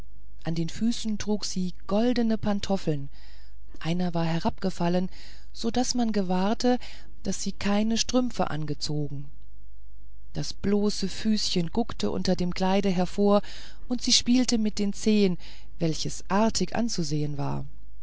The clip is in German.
an den füßchen trug sie goldne pantoffeln einer war herabgefallen so daß man gewahrte wie sie keine strümpfe angezogen das bloße füßchen guckte unter dem kleide hervor und sie spielte mit den zehen welches artig anzusehen war